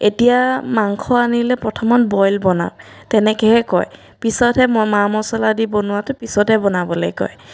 এতিয়া মাংস আনিলে প্ৰথমত বইল বনাওঁ তেনেকৈহে কয় পিছতহে মই মা মচলা দি বনোৱাতো পিছতহে বনাবলৈ কয়